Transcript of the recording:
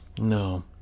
No